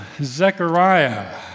Zechariah